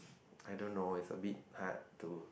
I don't know it is a bit hard to